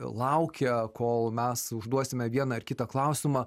laukia kol mes užduosime vieną ar kitą klausimą